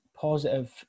positive